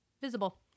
Visible